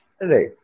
right